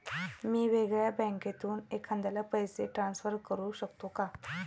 मी वेगळ्या बँकेतून एखाद्याला पैसे ट्रान्सफर करू शकतो का?